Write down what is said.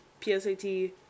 PSAT